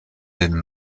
den